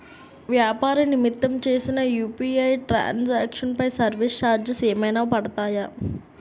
వ్యాపార నిమిత్తం చేసిన యు.పి.ఐ ట్రాన్ సాంక్షన్ పై సర్వీస్ చార్జెస్ ఏమైనా పడతాయా?